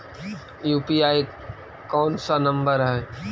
UPI कोन सा number हैं?